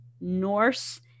Norse